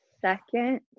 second